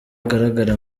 agaragara